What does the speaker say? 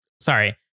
sorry